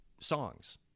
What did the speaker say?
songs